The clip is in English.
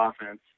offense